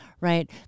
right